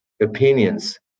opinions